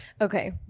okay